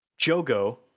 Jogo